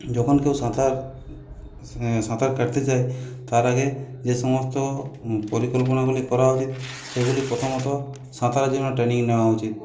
যখন কেউ সাঁতার সাঁতার কাটতে যায় তার আগে যে সমস্ত পরিকল্পনাগুলি করা উচিত সেগুলি প্রথমত সাঁতারের জন্য ট্রেনিং নেওয়া উচিত